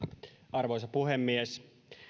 arvoisa puhemies